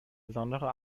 besondere